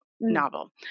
novel